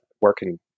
working